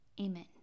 Amen